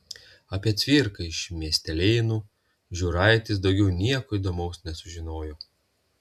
apie cviką iš miestelėnų žiūraitis daugiau nieko įdomaus nesužinojo